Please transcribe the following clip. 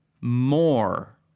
more